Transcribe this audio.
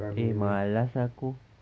eh malas aku